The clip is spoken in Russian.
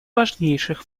важнейших